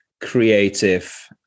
creative